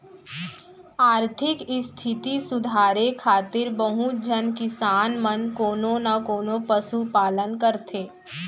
आरथिक इस्थिति सुधारे खातिर बहुत झन किसान मन कोनो न कोनों पसु पालन करथे